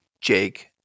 Jake